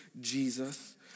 Jesus